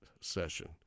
session